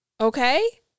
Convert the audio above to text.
Okay